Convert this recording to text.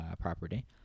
property